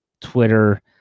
Twitter